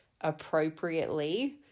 appropriately